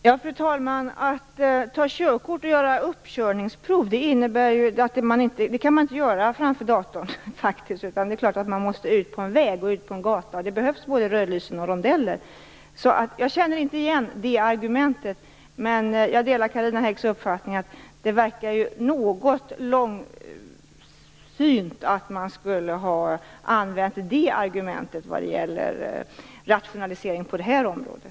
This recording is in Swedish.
Fru talman! Man kan faktiskt inte ta körkort och göra uppkörningsprov framför datorn. Det är klart att man måste ut på en väg och en gata och att det behövs både rödljus och rondeller. Jag känner inte igen det argumentet. Men jag delar Carina Häggs uppfattning om att det verkar något långsynt att använda det argumentet vad gäller rationalisering på det här området.